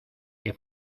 que